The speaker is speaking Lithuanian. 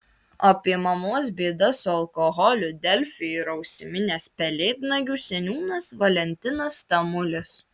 apie mamos bėdas su alkoholiu delfi yra užsiminęs pelėdnagių seniūnas valentinas tamulis